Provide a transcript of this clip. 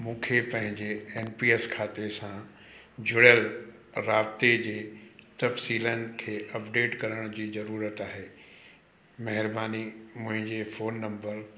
मूंखे पंहिंजे M P S खाते सां जुड़ियल राब्ते जे तफ़्सीलनि खे अप्डेट करण जी ज़रूरत आहे महिरबानी मुंहिंजे फ़ोन नम्बर